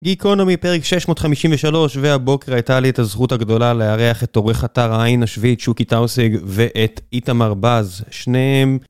Geekonomy פרק 653 והבוקר הייתה לי את הזכות הגדולה לארח את עורך אתר העין השביעית, שוקי טאוסג ואת איתמר באז, שניהם...